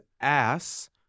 ass